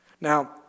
Now